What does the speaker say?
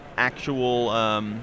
actual